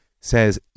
says